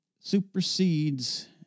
supersedes